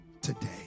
today